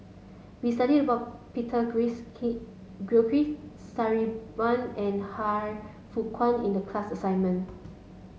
we studied about Peter Gilchrist Sabri Buang and Han Fook Kwang in the class assignment